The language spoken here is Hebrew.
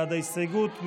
בעד ההסתייגות,